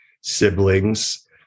siblings